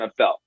NFL